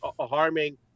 harming